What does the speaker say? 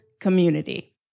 Community